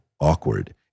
awkward